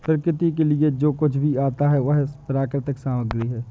प्रकृति के लिए जो कुछ भी आता है वह प्राकृतिक सामग्री है